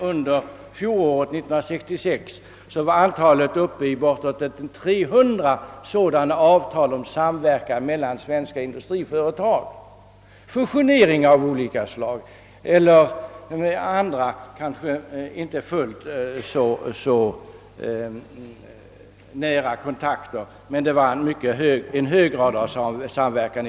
Under fjolåret förekom emellertid ett antal av bortåt 300 sådana avtal om samverkan mellan svenska industriföretag i form av fusioner eller andra kanske inte fullt så nära kontakter, dock i varje fall innebärande en mycket hög grad av samverkan.